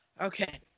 Okay